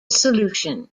solution